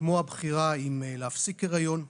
כמו הבחירה אם להפסיק הריון,